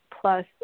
plus